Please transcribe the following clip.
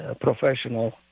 professional